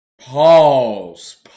Pause